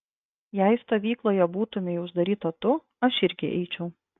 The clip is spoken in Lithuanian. jei stovykloje būtumei uždaryta tu aš irgi eičiau